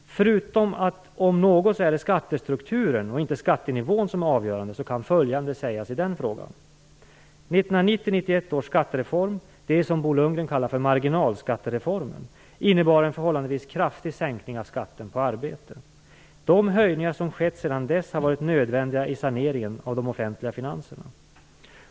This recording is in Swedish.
Förutom att det om något är skattestrukturen och inte skattenivån som är avgörande kan följande sägas i denna fråga. 1990-1991 års skattereform, det som Bo Lundgren kallar marginalskattereformen, innebar en förhållandevis kraftig sänkning av skatten på arbete. De höjningar som har skett sedan dess har varit nödvändiga i saneringen av de offentliga finanserna.